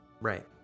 Right